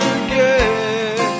again